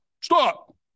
stop